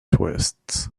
twists